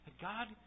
God